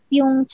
yung